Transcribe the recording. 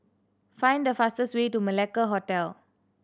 find the fastest way to Malacca Hotel